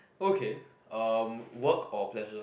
okay um work or pleasure